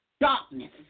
darkness